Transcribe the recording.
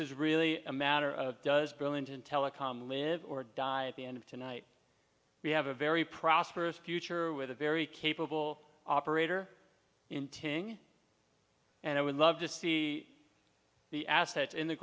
is really a matter of does burlington telecom live or die at the end of tonight we have a very prosperous future with a very capable operator in taking and i would love to see the assets in the